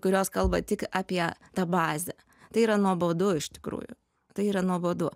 kurios kalba tik apie tą bazę tai yra nuobodu iš tikrųjų tai yra nuobodu